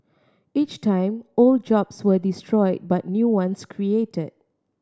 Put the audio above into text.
each time old jobs were destroyed but new ones created